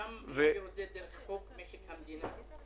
שם העבירו את זה דרך חוק משק המדינה.